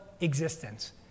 existence